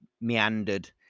meandered